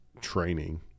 training